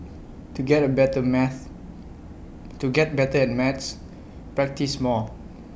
to get A better maths to get better at maths practise more